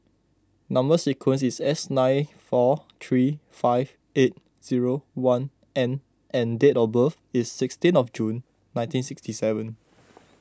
Number Sequence is S nine four three five eight zero one N and date of birth is sixteen of June nineteen sixty seven